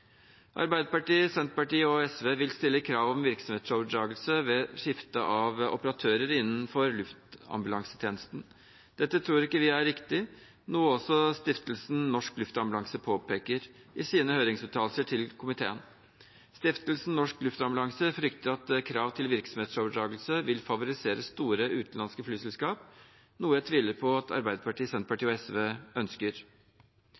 Arbeiderpartiet, Senterpartiet og SV vil stille krav om virksomhetsoverdragelse ved skifte av operatør innenfor luftambulansetjenesten. Dette tror ikke vi er riktig, noe også Stiftelsen Norsk Luftambulanse påpeker i sine høringsuttalelser til komiteen. Stiftelsen Norsk Luftambulanse frykter at krav til virksomhetsoverdragelse vil favorisere store, utenlandske flyselskap, noe jeg tviler på at Arbeiderpartiet,